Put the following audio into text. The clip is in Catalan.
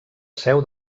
seu